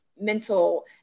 mental